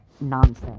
nonsense